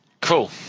Cool